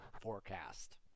forecast